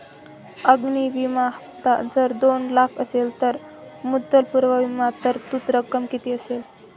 अग्नि विमा हफ्ता जर दोन लाख असेल तर मुदतपूर्व विमा तरतूद रक्कम किती असेल?